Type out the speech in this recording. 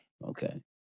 Okay